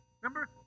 remember